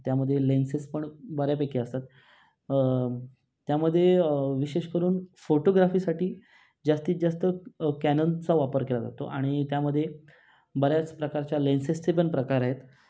त्यामध्ये लेन्सेस पण बऱ्यापैकी असतात त्यामध्ये विशेष करून फोटोग्राफीसाठी जास्तीत जास्त कॅननचा वापर केला जातो आणि त्यामध्ये बऱ्याच प्रकारच्या लेन्सेसचे पण प्रकार आहेत